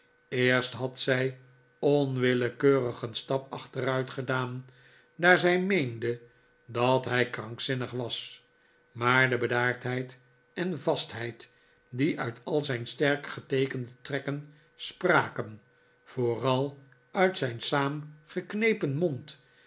eerst had zij onwillekeurig een stap achteruit gedaan daar zij meende dat hij krankzinnig was maar de bedaardheid en vastheid die uit al zijn sterk geteekende trekken spraken vooral uit zijn saamgeknepen mond